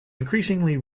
increasingly